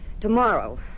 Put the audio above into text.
Tomorrow